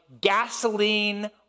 gasoline